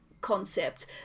concept